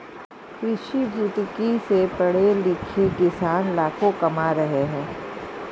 कृषिभौतिकी से पढ़े लिखे किसान लाखों कमा रहे हैं